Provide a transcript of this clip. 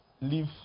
leave